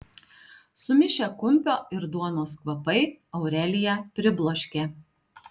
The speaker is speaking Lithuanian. sumišę kumpio ir duonos kvapai aureliją pribloškė